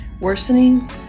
worsening